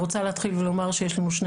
אני רוצה להתחיל ולומר שיש לנו כבר שני